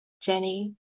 Jenny